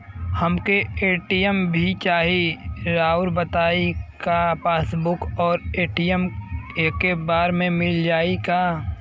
हमके ए.टी.एम भी चाही राउर बताई का पासबुक और ए.टी.एम एके बार में मील जाई का?